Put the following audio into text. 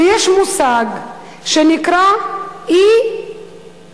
כי יש מושג שנקרא אי-תעסוקה.